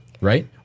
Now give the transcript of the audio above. right